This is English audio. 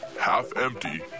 half-empty